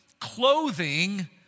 clothing